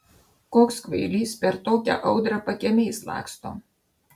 koks kvailys per tokią audrą pakiemiais laksto